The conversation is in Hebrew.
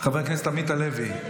חבר הכנסת עמית הלוי,